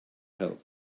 help